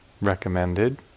recommended